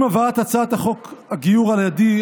עם הבאת הצעת חוק הגיור על ידי,